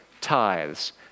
tithes